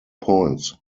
points